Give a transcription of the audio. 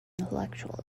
intellectual